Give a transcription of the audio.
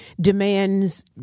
demands